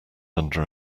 under